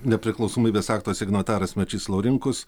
nepriklausomybės akto signataras mečys laurinkus